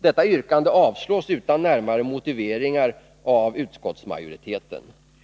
Detta yrkande avstyrks utan närmare motiveringar av utskottsmajoriteten.